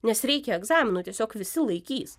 nes reikia egzaminui tiesiog visi laikys